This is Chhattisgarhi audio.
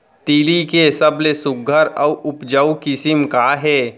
तिलि के सबले सुघ्घर अऊ उपजाऊ किसिम का हे?